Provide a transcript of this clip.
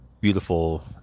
beautiful